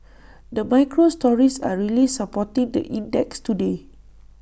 the micro stories are really supporting the index today